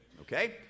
Okay